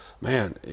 man